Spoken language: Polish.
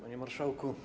Panie Marszałku!